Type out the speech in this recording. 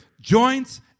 joints